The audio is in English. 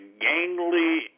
gangly